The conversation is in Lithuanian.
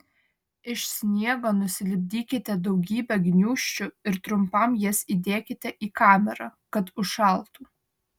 iš sniego nusilipdykite daugybę gniūžčių ir trumpam jas įdėkite į kamerą kad užšaltų